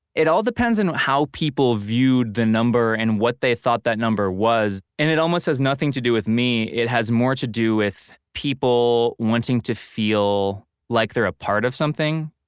it all depends on how people viewed the number and what they thought that number was and it almost has nothing to do with me, it has more to do with people wanting to feel like they're a part of something.